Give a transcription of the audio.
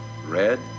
red